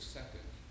Second